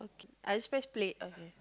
I just press play okay